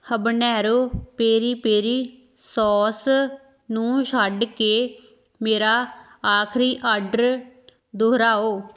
habanero peri peri sauce ਨੂੰ ਛੱਡ ਕੇ ਮੇਰਾ ਆਖਰੀ ਆਰਡਰ ਦੁਹਰਾਓ